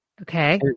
Okay